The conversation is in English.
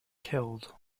killed